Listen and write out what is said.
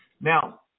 Now